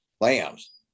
lambs